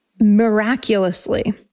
Miraculously